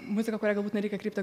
muzika kuria galbūt nereikia kreipti